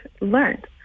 learned